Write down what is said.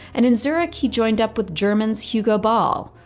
and in zurich, he joined up with germans hugo ball,